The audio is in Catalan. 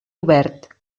obert